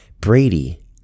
Brady